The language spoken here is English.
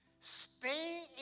stay